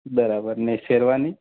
બરાબર ને શેરવાની